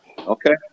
Okay